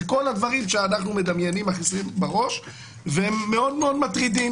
זה כל הדברים שאנחנו מדמיינים והם מאוד מטרידים,